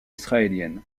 israélienne